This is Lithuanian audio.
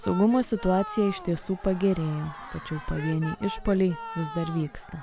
saugumo situacija iš tiesų pagerėjo tačiau pavieniai išpuoliai vis dar vyksta